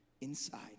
inside